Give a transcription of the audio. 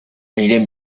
anirem